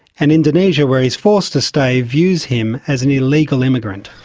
and indonesia, where he is forced to stay, views him as an illegal immigrant.